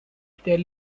tell